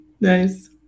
Nice